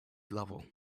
level